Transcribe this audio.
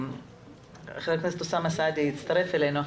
ח"כ אוסאמה סעדי הצטרף אלינו.